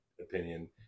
opinion